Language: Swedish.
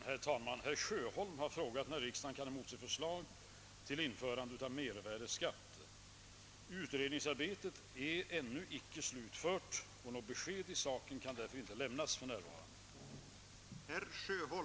Herr talman! Herr Sjöholm har frågat när riksdagen kan emotse förslag till införande av mervärdesskatt. Utredningsarbetet är ännu inte slutfört och något besked i saken kan därför inte lämnas för närvarande.